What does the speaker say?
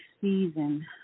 season